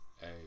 Hey